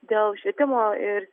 dėl švietimo ir